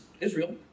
Israel